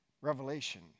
Revelation